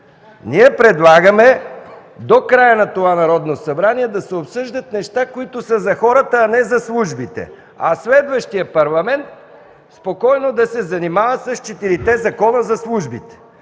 Предлагаме до края на това Народно събрание да се обсъждат неща, които са за хората, а не са службите. Следващият Парламент спокойно да се занимава с четирите закона за службите.